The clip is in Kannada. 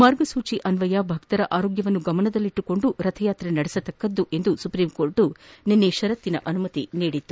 ಮಾರ್ಗಸೂಚಿಯಸ್ವಯ ಭಕ್ತರ ಆರೋಗ್ತವನ್ನು ಗಮನದಲ್ಲಿಟ್ಟುಕೊಂಡು ರಥಯಾತ್ರೆ ನಡೆಸಬೇಕು ಎಂದು ಸುಪ್ರೀಂಕೋರ್ಟ್ ನಿನ್ನೆ ಷರತ್ತಿನ ಅನುಮತಿ ನೀಡಿತ್ತು